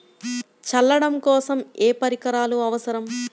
చల్లడం కోసం ఏ పరికరాలు అవసరం?